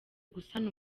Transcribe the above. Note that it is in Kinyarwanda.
gusana